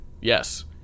yes